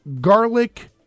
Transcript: garlic